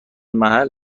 محل